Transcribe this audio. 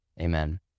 amen